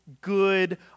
good